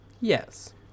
Yes